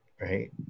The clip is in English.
right